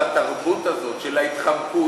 על התרבות הזאת של ההתחמקות,